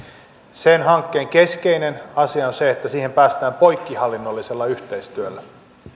sen hankkeen keskeinen asia on se että siihen päästään poikkihallinnollisella yhteistyöllä